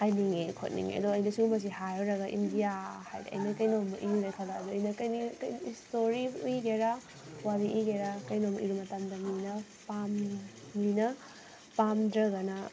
ꯍꯥꯏꯅꯤꯡꯉꯦ ꯈꯣꯠꯅꯤꯡꯉꯦ ꯑꯗꯣ ꯑꯩꯗꯤ ꯁꯤꯒꯨꯝꯕꯁꯦ ꯍꯥꯏꯔꯨꯔꯒ ꯏꯟꯗꯤꯌꯥ ꯍꯥꯏꯗꯤ ꯑꯩꯅ ꯀꯩꯅꯣꯝꯃ ꯏꯒꯦ ꯈꯜꯂꯛꯑꯁꯨ ꯑꯩꯅ ꯀꯔꯤ ꯀꯩ ꯏꯁꯇꯣꯔꯤꯕꯨ ꯏꯒꯦꯔꯥ ꯋꯥꯔꯤ ꯏꯒꯦꯔꯥ ꯀꯩꯅꯣꯝ ꯏꯕ ꯃꯇꯝꯗ ꯃꯤꯅ ꯃꯤꯅ ꯄꯥꯝꯗ꯭ꯔꯒꯅ